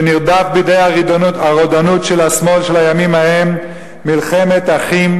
שנרדף בידי הרודנות של השמאל של הימים ההם: מלחמת אחים,